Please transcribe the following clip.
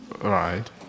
right